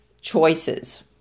choices